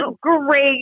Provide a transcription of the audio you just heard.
great